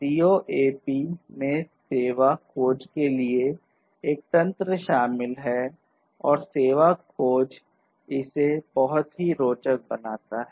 CoAP में सेवा खोज के लिए एक तंत्र शामिल है और सेवा खोज इसे बहुत ही रोचक बनाता है